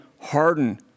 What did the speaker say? harden